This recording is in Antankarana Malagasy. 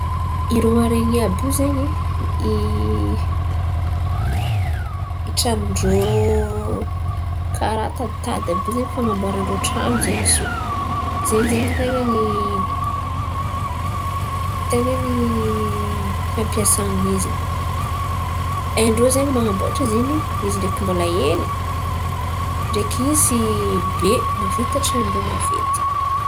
Iro aren̈ie àby io zen̈y, itran̈on-drô karà taditady àby io ze fan̈aboaran-drô tran̈o zen̈y zo, zen̈y ze tain̈a ny tain̈any fampiasan̈y izy. Hain-drô zen̈y man̈aboatra izy ndraiky mbola hely ndraiky izy be mavita tran̈on-drô maventy.